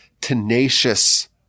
tenacious